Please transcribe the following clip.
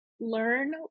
learn